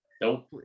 Nope